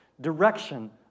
direction